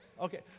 Okay